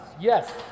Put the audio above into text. Yes